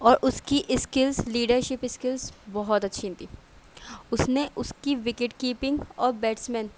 اور اس کی اسکلس لیڈرشپ اسکلس بہت اچھی تھیں اس نے اس کی وکٹ کیپنگ اور بیٹس مین